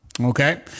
Okay